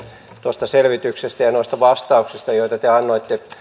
tuosta selvityksestä ja noista vastauksista joita te annoitte